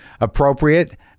appropriate